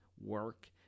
work